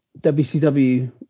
WCW